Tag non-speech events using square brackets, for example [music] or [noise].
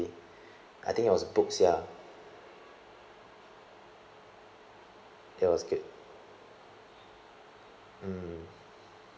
[breath] I think it was book ya that was good mm